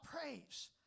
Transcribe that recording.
praise